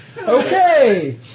Okay